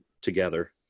together